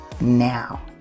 now